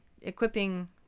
equipping